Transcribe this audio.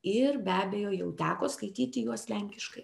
ir be abejo jau teko skaityti juos lenkiškai